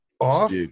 off